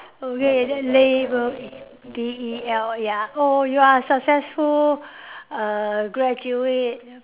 okay that label L A B E L ya you are successful err graduate